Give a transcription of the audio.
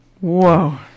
Whoa